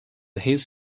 his